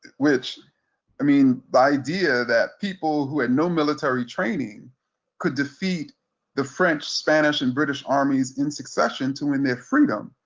which i mean, the idea that people who had no military training could defeat the french, spanish, and british armies in succession to win their freedom,